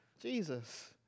Jesus